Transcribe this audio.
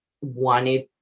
wanted